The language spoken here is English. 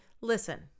listen